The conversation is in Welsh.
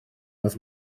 oedd